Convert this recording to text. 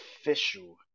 official